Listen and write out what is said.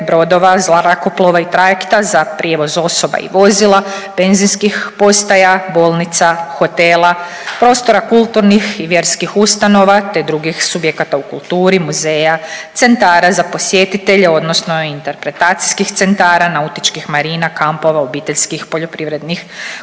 brodova, zrakoplova i trajekta za prijevoz osoba i vozila, benzinskih postaja, bolnica, hotela, prostora kulturnih i vjerskih ustanova, te drugih subjekata u kulturi, muzeja, centara za posjetitelje odnosno interpretacijskih centara, nautičkih marina, kampova, obiteljskih OPG-ova.